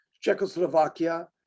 Czechoslovakia